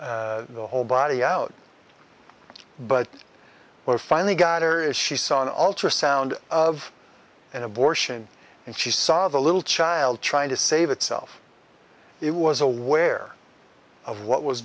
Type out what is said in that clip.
the whole body out but where finally got her if she saw an ultrasound of an abortion and she saw the little child trying to save itself it was aware of what was